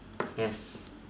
yes